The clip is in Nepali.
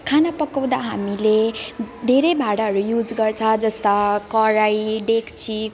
खाना पकाउँदा हामीले धेरै भाँडाहरू युज गर्छ जस्ता कराही डेक्ची